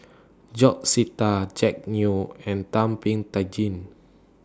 George Sita Jack Neo and Thum Ping Tjin